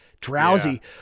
drowsy